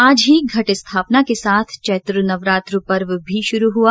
आज ही घट स्थापना के साथ चैत्र नवरात्र पर्व भी शुरू हुआ